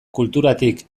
kulturatik